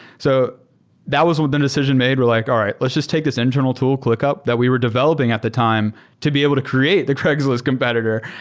so that was the decision made, we're like, all right, let's just take this internal tool, clickup, that we were developing at the time to be able to create the craigslist competitor.